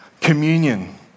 communion